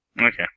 Okay